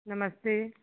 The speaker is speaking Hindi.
नमस्ते